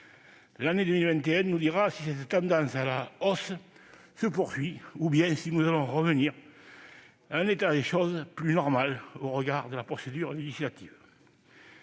L'année 2021 nous dira si cette tendance à la hausse se poursuit ou bien si nous allons revenir à un état plus « normal » des choses au regard de la procédure législative.